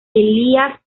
elías